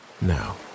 Now